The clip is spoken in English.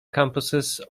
campuses